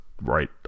right